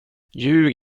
ljug